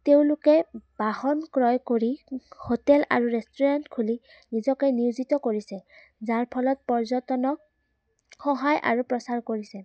তেওঁলোকে বাহন ক্ৰয় কৰি হোটেল আৰু ৰেষ্টুৰেণ্ট খুলি নিজকে নিয়োজিত কৰিছে যাৰ ফলত পৰ্যটনক সহায় আৰু প্ৰচাৰ কৰিছে